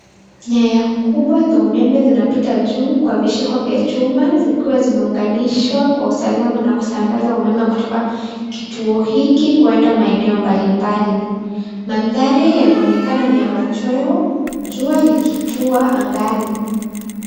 Nyaya kubwa za umeme zinapita juu kwa vishiko vya chuma zikiwa zimeunganishwa kwa usalama na kusambaza umeme kutoka kituo hiki kuenda maeneo mbalimbali. Mandhari yanaonekana ni ya machweo jua likitua angani.